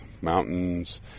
mountains